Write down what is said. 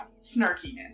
snarkiness